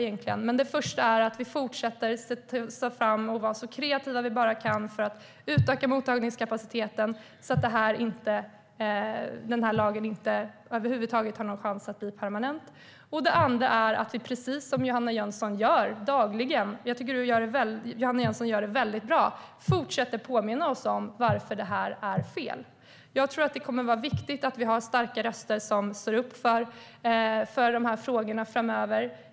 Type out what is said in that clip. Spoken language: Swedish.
Den första är att vi fortsätter vara så kreativa vi bara kan för att utöka mottagningskapaciteten så att den här lagen över huvud taget inte har någon chans att bli permanent. Den andra är att vi, precis som Johanna Jönsson dagligen gör - och jag tycker att du gör det väldigt bra - fortsätter att påminna oss om varför det här är fel. Jag tror att det kommer att vara viktigt att vi har starka röster som står upp för de här frågorna framöver.